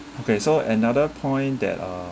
okay so another point that uh